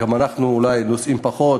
גם אנחנו אולי נוסעים פחות,